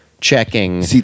checking